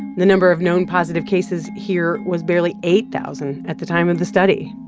the number of known positive cases here was barely eight thousand at the time of the study.